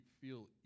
feel